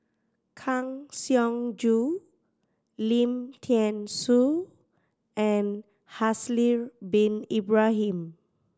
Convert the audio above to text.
Kang Siong Joo Lim Thean Soo and Haslir Bin Ibrahim